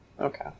Okay